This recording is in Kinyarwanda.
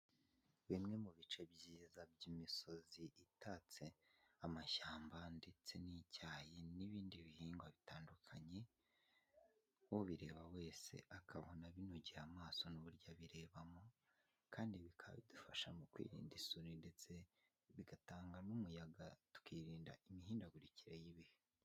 Bimwe mu bice byiza by'imisozi itatse amashyamba ndetse n'icyayi n'ibindi bihingwa bitandukanye ubireba wese akabona binogeye amaso n'uburyo abirebamo kandi bikaba bidufasha mu kwirinda isuri ndetse bigatanga n'umuyaga twirinda imihindagurikire y'ibihe.